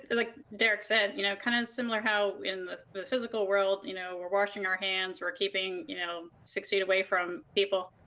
and like derek said, you know kind of similar how in the physical world you know we're washing our hands. we're keeping you know six feet away from people.